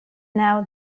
now